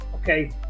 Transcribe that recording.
Okay